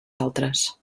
altres